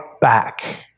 back